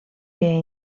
que